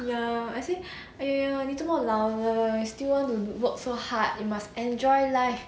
ya I think !aiya! 你怎么老了 still want to work so hard you must enjoy life